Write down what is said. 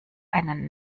einen